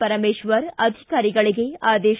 ಪರಮೇಶ್ವರ್ ಅಧಿಕಾರಿಗಳಿಗೆ ಆದೇಶ